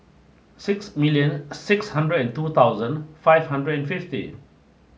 six million six hundred and two thousand five hundred and fifty